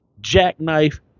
jackknife